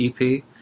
EP